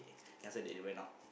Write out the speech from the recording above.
that's why they didn't went out